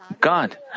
God